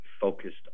focused